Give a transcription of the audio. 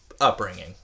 upbringing